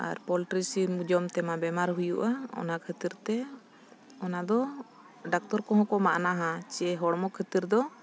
ᱟᱨ poultry ᱥᱤᱢ ᱡᱚᱢ ᱛᱮᱢᱟ ᱵᱮᱢᱟᱨ ᱦᱩᱭᱩᱜᱼᱟ ᱚᱱᱟ ᱠᱷᱟᱹᱛᱤᱨ ᱛᱮ ᱚᱱᱟ ᱫᱚ ᱰᱟᱠᱛᱚᱨ ᱠᱚᱦᱚᱸ ᱠᱚ ᱢᱟᱱᱟᱣᱟ ᱡᱮ ᱦᱚᱲᱢᱚ ᱠᱷᱟᱹᱛᱤᱨ ᱫᱚ